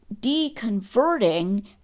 deconverting